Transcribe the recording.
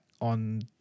on